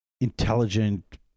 intelligent